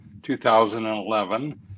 2011